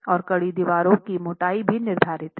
और कड़ी दीवार की मोटाई भी निर्धारित हैं